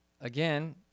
again